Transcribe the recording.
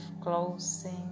closing